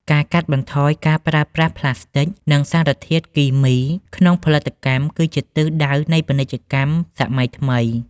ការកាត់បន្ថយការប្រើប្រាស់ប្លាស្ទិក និងសារធាតុគីមីក្នុងផលិតកម្ម គឺជាទិសដៅនៃពាណិជ្ជកម្មសម័យថ្មី។